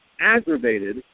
aggravated